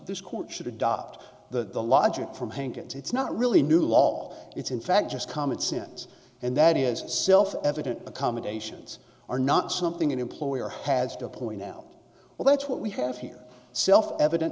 this court should adopt the the logic from hank and it's not really a new law it's in fact just common sense and that is self evident accommodations are not something an employer has to point out well that's what we have here self evident